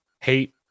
hate